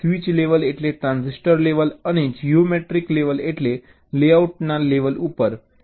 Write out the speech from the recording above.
switch level એટલે transistor level અને geometric level એટલે લેઆઉટના લેવલ ઉપર